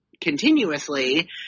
continuously